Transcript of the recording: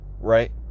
Right